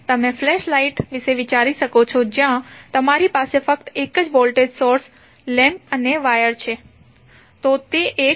તમે flash light વિશે વિચારી શકો છો જ્યાં તમારી પાસે ફક્ત એક જ વોલ્ટેજ સોર્સ લેમ્પ અને વાયર છે